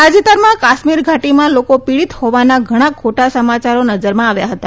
તાજેતરમાં કાશ્મીર ઘાટીમાં લોકો પીડિત હોવાના ઘણા ખોટા સમાચારો નજરમાં આવ્યા હતા